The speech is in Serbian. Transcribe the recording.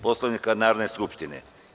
Poslovnika Narodne skupštine.